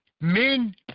men